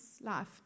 life